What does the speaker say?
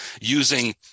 Using